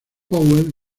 powell